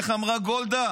איך אמרה גולדה